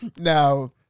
Now